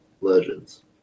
Legends